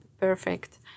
perfect